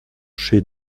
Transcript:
chez